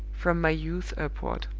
from my youth upward.